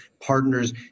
partners